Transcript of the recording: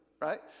Right